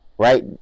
Right